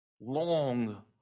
long